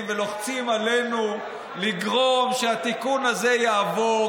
ולוחצים עלינו לגרום שהתיקון הזה יעבור,